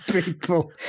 people